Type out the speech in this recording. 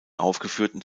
aufgeführten